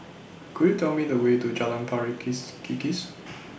Could YOU Tell Me The Way to Jalan Pari kiss Kikis